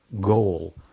goal